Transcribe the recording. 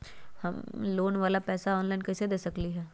हम लोन वाला पैसा ऑनलाइन कईसे दे सकेलि ह?